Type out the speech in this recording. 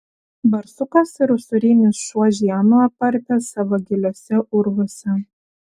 barsukas ir usūrinis šuo žiemą parpia savo giliuose urvuose